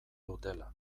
dutela